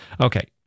Okay